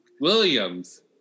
Williams